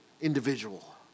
individual